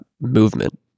movement